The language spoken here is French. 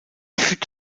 fut